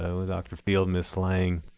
so with dr. field ms. lang,